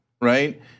right